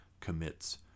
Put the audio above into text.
commits